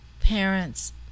parents